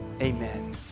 Amen